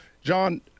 John